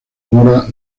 mora